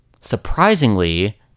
Surprisingly